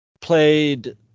played